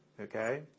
okay